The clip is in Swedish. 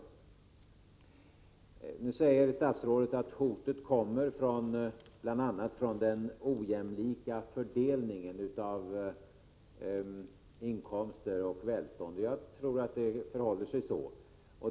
Statsrådet säger att hotet bl.a. kommer från den ojämlika fördelningen av inkomster och välstånd. Jag tror att det förhåller sig så.